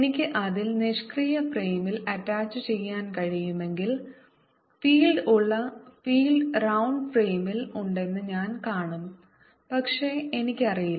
എനിക്ക് അതിൽ നിഷ്ക്രിയ ഫ്രെയിമിൽ അറ്റാച്ചുചെയ്യാൻ കഴിയുമെങ്കിൽ ഫീൽഡ് ഉള്ള ഫീൽഡ് റൌണ്ട് ഫ്രെയിമിൽ ഉണ്ടെന്ന് ഞാൻ കാണും പക്ഷേ എനിക്കറിയില്ല